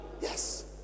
yes